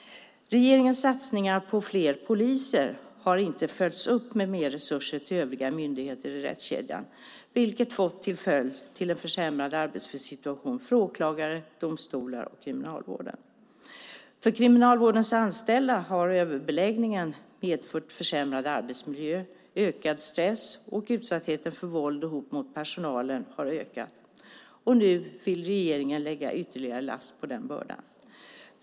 Regeringens satsning på fler poliser har inte följts upp med mer resurser till övriga myndigheter i rättskedjan vilket fått till följd en försämrad arbetssituation för åklagare, domstolar och Kriminalvården. För Kriminalvårdens anställda har överbeläggningen medfört försämrad arbetsmiljö, ökad stress och utsattheten för våld och hot mot personalen har ökat. Nu vill regeringen lägga ytterligare sten på den bördan.